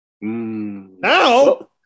Now